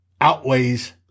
outweighs